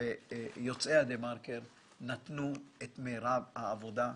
וגם יוצאי "דה מרקר" נתנו את מרב העבודה.